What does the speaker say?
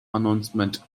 announcement